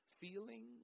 feeling